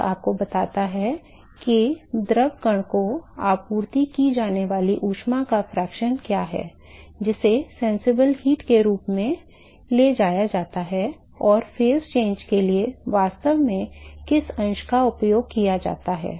यह आपको बताता है कि द्रव कण को आपूर्ति की जाने वाली ऊष्मा का अंश क्या है जिसे प्रत्यक्ष ऊष्मा के रूप में ले जाया जाता है और चरण परिवर्तन के लिए वास्तव में किस अंश का उपयोग किया जाता है